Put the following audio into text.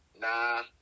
Nah